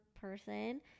person